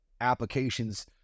applications